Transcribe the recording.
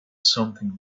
something